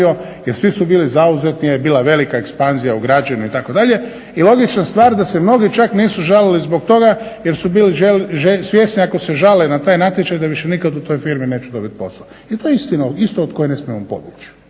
jer svi su bili zauzeti jer je bila velika ekspanzija u građenju itd. i logična stvar da se mnogi čak nisu žalili zbog toga jer su bili svjesni ako se žale na taj natječaj da više nikad u toj firmi neće dobiti posao. I to je istina isto od koje ne smijemo pobjeći.